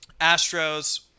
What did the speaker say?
Astros